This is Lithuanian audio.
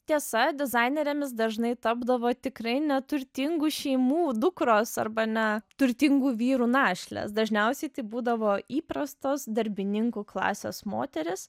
tiesa dizainerėmis dažnai tapdavo tikrai ne turtingų šeimų dukros arba ne turtingų vyrų našlės dažniausiai tai būdavo įprastos darbininkų klasės moterys